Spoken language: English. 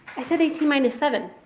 i said eighteen minus seven.